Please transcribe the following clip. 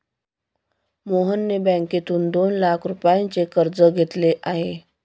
मोहनने बँकेतून दोन लाख रुपयांचे कर्ज घेतले आहे